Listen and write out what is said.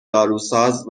داروساز